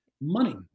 Money